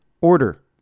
order